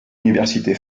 université